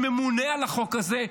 שממונה על החוק הזה,